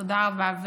תודה רבה.